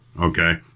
okay